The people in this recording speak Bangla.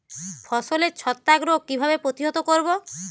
ফসলের ছত্রাক রোগ কিভাবে প্রতিহত করব?